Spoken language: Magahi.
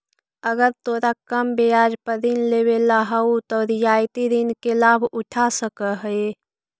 अगर तोरा कम ब्याज पर ऋण लेवेला हउ त रियायती ऋण के लाभ उठा सकऽ हें